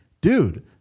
dude